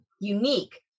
unique